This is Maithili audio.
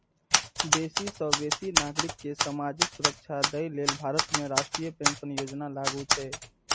बेसी सं बेसी नागरिक कें सामाजिक सुरक्षा दए लेल भारत में राष्ट्रीय पेंशन योजना लागू छै